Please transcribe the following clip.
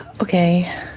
Okay